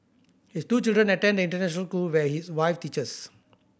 his two children attend the international school where his wife teaches